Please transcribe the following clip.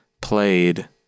played